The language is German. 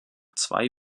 zwei